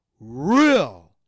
real